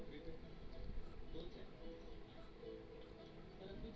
दूध क काम बहुत चीज बनावे में आवेला